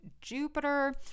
jupiter